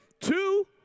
two